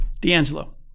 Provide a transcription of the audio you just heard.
D'Angelo